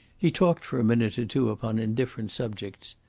he talked for a minute or two upon indifferent subjects,